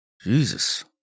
Jesus